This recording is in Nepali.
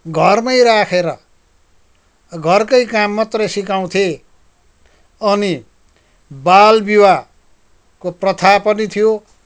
घरमै राखेर घरकै काम मात्र सिकाउँथे अनि बाल विवाहको प्रथा पनि थियो